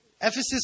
Ephesus